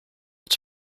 its